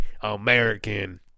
American